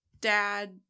dad